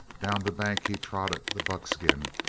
down the bank he trotted the buckskin,